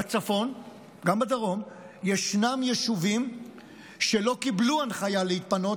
בצפון וגם בדרום יש יישובים שלא קיבלו הנחיה להתפנות,